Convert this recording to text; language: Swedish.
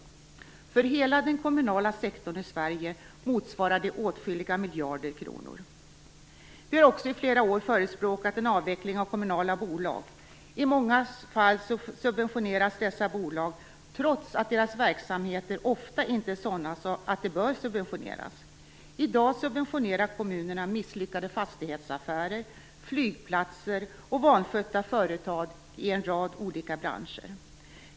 För hela den kommunala sektorn i Sverige motsvarar det åtskilliga miljarder kronor. Vi har också i flera år förespråkat en avveckling av kommunala bolag. I många fall subventioneras dessa bolag, trots att deras verksamheter ofta inte är sådana att de bör subventioneras. I dag subventionerar kommunerna misslyckade fastighetsaffärer, flygplatser och vanskötta företag i en rad olika branscher.